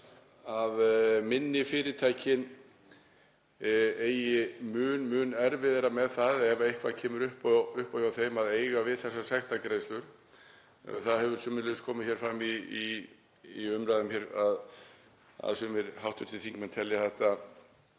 að minni fyrirtækin eigi mun erfiðara með það, ef eitthvað kemur upp á hjá þeim, að eiga við þessar sektargreiðslur. Það hefur sömuleiðis komið fram í umræðum hér að sumir hv. þingmenn telja þetta